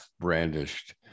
brandished